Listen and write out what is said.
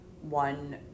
one